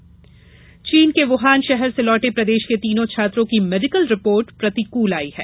corona virus चीन के Wuhan शहर से लौटे प्रदेश के तीनों छात्रों की मेडिकल रिपोर्ट प्रतिकूल आई है